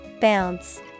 Bounce